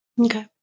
Okay